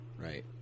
Right